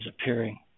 appearing